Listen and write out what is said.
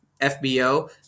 FBO